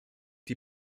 die